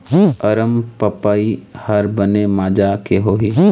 अरमपपई हर बने माजा के होही?